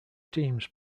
teams